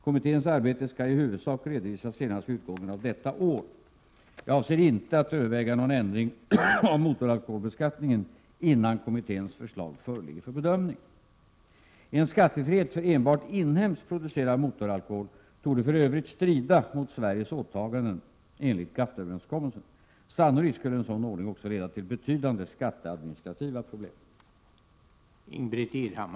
Kommitténs arbete skall i huvudsak redovisas senast vid utgången av detta år. Jag avser inte att överväga någon ändring av motoralkoholbeskattningen, innan kommitténs förslag föreligger för bedömning. En skattefrihet för enbart inhemskt producerad motoralkohol torde för Övrigt strida mot Sveriges åtaganden enligt GATT-överenskommelsen. Sannolikt skulle en sådan ordning också leda till betydande skatteadministrativa problem.